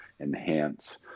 enhance